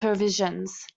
provisions